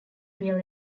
real